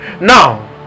Now